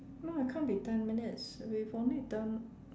no it can't be ten minutes we've only done